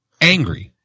angry